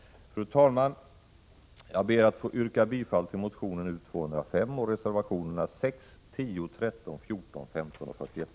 Fru talman! Jag ber att få yrka bifall till motion U205 samt till reservationerna 6, 10, 13, 14, 15 och 41.